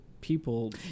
people